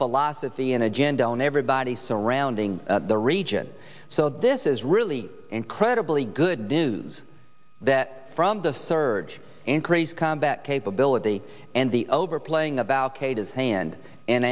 philosophy an agenda on everybody surrounding the region so this is really incredibly good news that from the surge increase combat capability and the overplaying about kate his hand